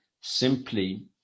simply